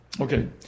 Okay